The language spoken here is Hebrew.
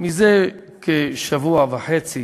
זה כשבוע וחצי